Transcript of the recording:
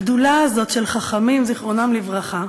הגדולה הזאת של חכמים זיכרונם לברכה,